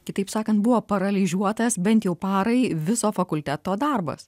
kitaip sakant buvo paralyžiuotas bent jau parai viso fakulteto darbas